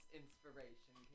inspiration